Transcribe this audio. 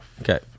Okay